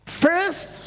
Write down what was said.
First